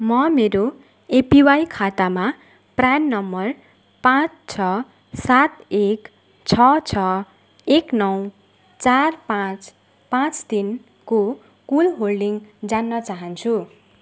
म मेरो एपिवाई खातामा प्रान नम्बर पाँच छ सात एक छ छ एक नौ चार पाँच पाँच तिनको कुल होल्डिङ जान्न चाहन्छु